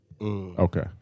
Okay